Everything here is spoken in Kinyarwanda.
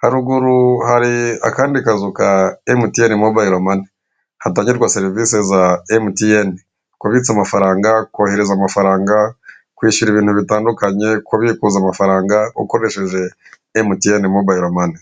haruguru hari akandi kazu ka emutiyene mobayiro mani, hatangirwa serivisi za emutiyene, kubitsa amafaranga, kohereza amafaranga, kwishyura ibintu bitandukanye, kubikuza amafaranga ukoresheje emutiyene mobayiro mani.